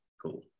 cool